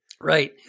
Right